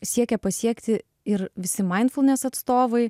siekia pasiekti ir visi mainfulnes atstovai